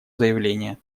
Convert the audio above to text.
заявление